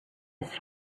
his